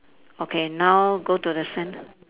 okay now go to the sand